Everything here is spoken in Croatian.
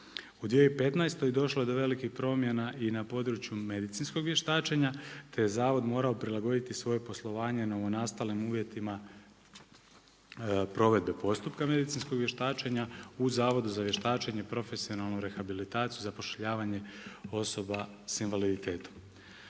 U 2015. došlo je do velikih promjena i na području medicinskog vještačenja te je zavod morao prilagoditi svoje poslovanje novonastalim uvjetima provedbe postupka medicinskog vještačena u Zavodu za vještačenje, profesionalnu rehabilitaciju, zapošljavanje osoba sa invaliditetom.